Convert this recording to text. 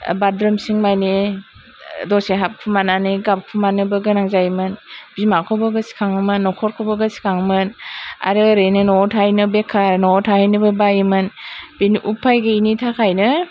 बाटरुमसिं मानि दसे हाबखुमानानै गाबखुमानोबो गोनां जायोमोन बिमाखौबो गोसखाङोमोन न'खरखौबो गोसखाङोमोन आरो ओरैनो न'आव थाहैनो बेखार न'आव थाहैनोबो बायोमोन बेनि उफाय गैयैनि थाखायनो